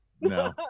No